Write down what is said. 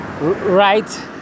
right